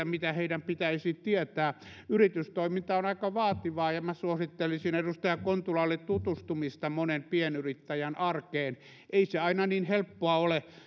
mitä heidän pitäisi tietää yritystoiminta on aika vaativaa ja minä suosittelisin edustaja kontulalle tutustumista monen pienyrittäjän arkeen ei se aina niin helppoa ole